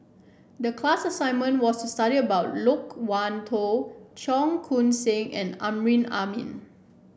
the class assignment was to study about Loke Wan Tho Cheong Koon Seng and Amrin Amin